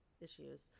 issues